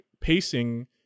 pacing